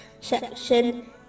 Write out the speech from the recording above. section